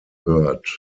heard